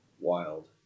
Wild